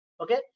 okay